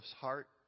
heart